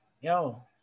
yo